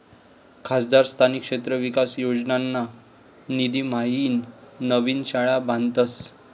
खासदार स्थानिक क्षेत्र विकास योजनाना निधीम्हाईन नवीन शाळा बांधतस